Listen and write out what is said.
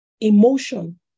emotion